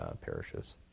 parishes